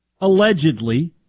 Allegedly